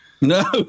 No